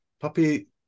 puppy